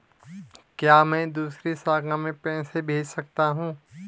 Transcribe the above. क्या मैं दूसरी शाखा में पैसे भेज सकता हूँ?